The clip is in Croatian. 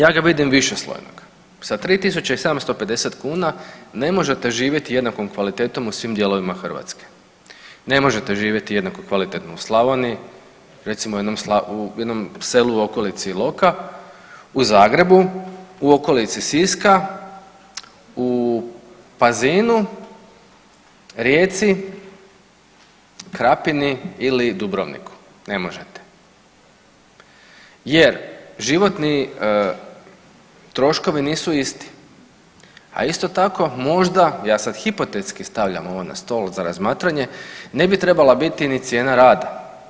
Ja ga vidim višeslojnog, sa 3,750 kuna ne možete živjeti jednakom kvalitetom u svim dijelovima Hrvatske, ne možete živjeti jednako kvalitetno u Slavoniji, recimo u jednom selu u okolici Iloka, u Zagrebu, u okolici Siska, u Pazinu, Rijeci, Krapini ili Dubrovniku ne možete jer životni troškovi nisu isti, a isto tako možda, ja sad hipotetski stavljam ovo na stol za razmatranje, ne bi trebala biti ni cijena rada.